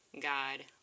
God